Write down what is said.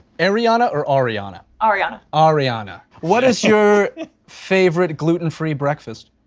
air-ee-ana or are-ee-ana? are-ee-ana. are-ee-ana. what is your favorite gluten-free breakfast?